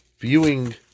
viewing